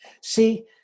See